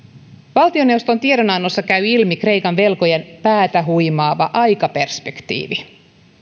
valtioneuvoston tiedonannosta käy ilmi kreikan velkojen päätä huimaava aikaperspektiivi